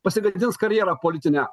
pasigadins karjerą politinę